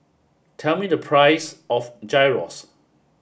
tell me the price of Gyros